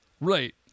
Right